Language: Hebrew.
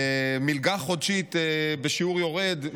מלגה חודשית בשיעור יורד,